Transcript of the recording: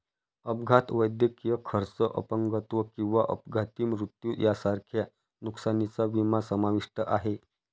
अपघात, वैद्यकीय खर्च, अपंगत्व किंवा अपघाती मृत्यू यांसारख्या नुकसानीचा विमा समाविष्ट आहे